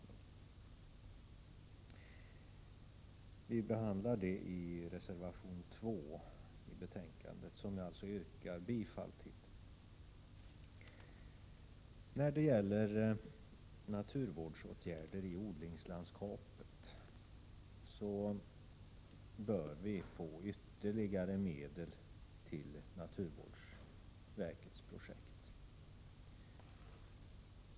Denna fråga behandlas i reservation 2 i betänkandet, och jag yrkar bifall till den. När det gäller naturvårdsåtgärder i odlingslandskapet bör ytterligare medel tillföras naturvårdsverkets projekt.